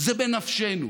זה בנפשנו.